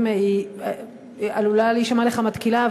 היא עלולה להישמע לך מתקילה,